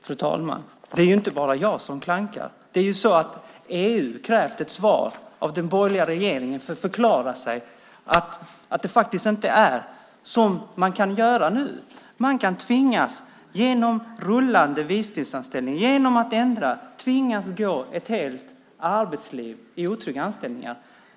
Fru talman! Det är inte bara jag som klankar. EU har krävt att den borgerliga regeringen förklarar sig. Genom rullande visstidsanställningar kan man tvingas att gå ett helt arbetsliv i otrygga anställningar.